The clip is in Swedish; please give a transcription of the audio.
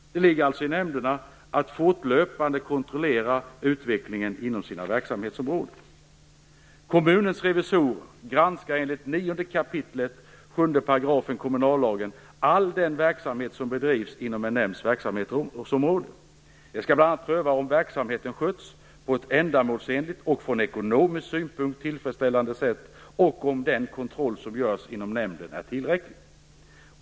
Det ligger alltså på nämnderna att fortlöpande kontrollera utvecklingen inom sina verksamhetsområden. kommunallagen all den verksamhet som bedrivs inom en nämnds verksamhetsområde. De skall bl.a. pröva om verksamheten sköts på ett ändamålsenligt och från ekonomisk synpunkt tillfredsställande sätt och om den kontroll som görs inom nämnden är tillräcklig.